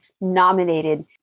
nominated